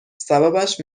سببش